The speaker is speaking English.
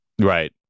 right